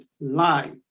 lie